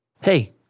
Hey